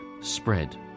spread